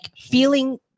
feeling